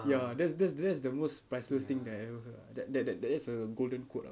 ya that's that's that's the most priceless thing tha~ that that that that is a golden code lah